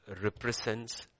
represents